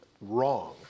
wrong